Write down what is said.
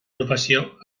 professió